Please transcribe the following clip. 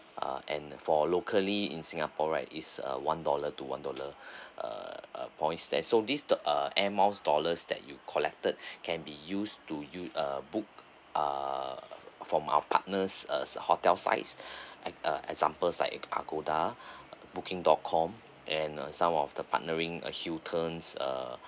uh and for locally in singapore right is a one dollar to one dollar uh uh points that so this the uh air miles dollars that you collected can be used to us~ uh book uh from our partners uh hotel sides ex~ uh examples like agoda booking dot com and uh some of the partnering uh hiltons uh